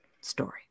story